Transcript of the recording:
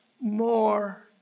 more